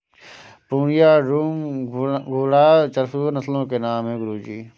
पूर्णिया, डूम, घुर्राह सूअर नस्लों के नाम है गुरु जी